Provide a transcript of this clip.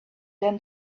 then